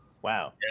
wow